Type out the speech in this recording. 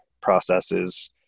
processes